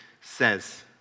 says